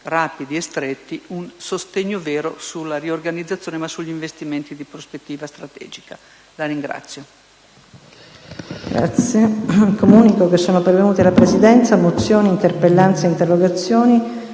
rapidi e stretti, un sostegno vero alla riorganizzazione e agli investimenti di prospettiva strategica.